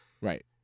Right